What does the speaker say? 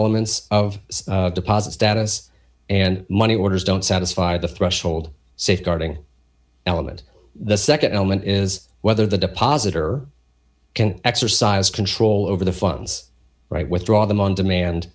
elements of deposit status and money orders don't satisfy the threshold safeguarding element the nd element is whether the deposit or can exercise control over the funds right withdraw them on demand